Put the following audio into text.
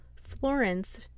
Florence